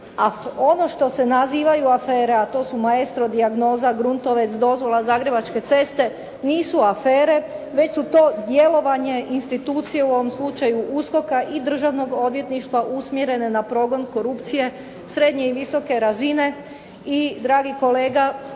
ono što se nazivaju afere, a to su "Maestro", "Dijagnoza", "Gruntovec", dozvola "Zagrebačke ceste", nisu afere već su to djelovanje institucije u ovom slučaju USKOK-a i Državnog odvjetništva usmjerene na progon korupcije, srednje i visoke razine